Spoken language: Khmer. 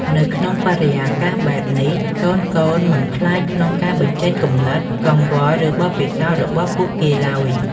នៅក្នុងបរិយាកាសបែបនេះ កូនៗមិនខ្លាចក្នុងការបញ្ចេញគំនិត កង្វល់ ឬបទពិសោធន៍របស់ពួកគេឡើយ។